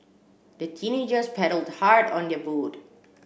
the teenagers paddled hard on their boat